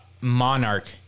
monarch